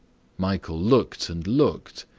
michael looked and looked,